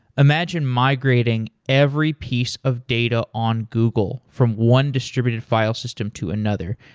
imagine migrating every piece of data on google from one distributed file system to another.